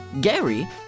Gary